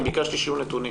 אני ביקשתי שיהיו נתונים.